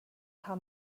how